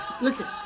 listen